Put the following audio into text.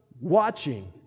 watching